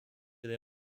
they